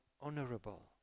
honorable